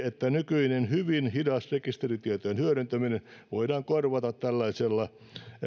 että nykyinen hyvin hidas rekisteritietojen hyödyntäminen voidaan korvata tällaisella